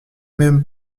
même